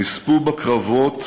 נספו בקרבות